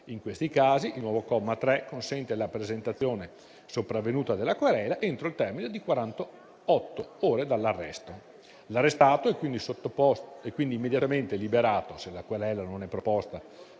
In questi casi il nuovo comma 3 consente la presentazione sopravvenuta della querela entro il termine di quarantotto ore dall'arresto. L'arrestato è quindi immediatamente liberato, se la querela non è proposta